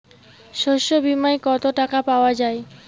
শস্য বিমায় কত টাকা পাওয়া যায়?